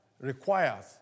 requires